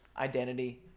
identity